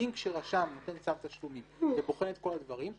האם כשרשם נותן צו תשלומים ובוחן את כל הדברים,